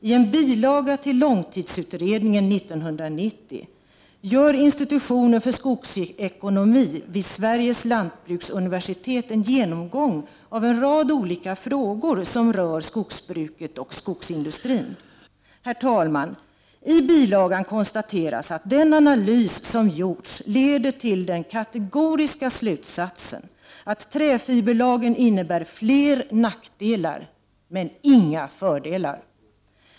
I en bilaga till långtidsutredningen 1990 gör institutionen för skogsekonomi vid Sveriges Lantbruksuniversitet en genomgång av en rad olika frågor som rör skogsbruket och skogsindustrin. Herr talman! I bilagan konstateras att den analys som gjorts leder till den kategoriska slutsatsen att träfiberlagen innebär fler nackdelar men inga fördelar.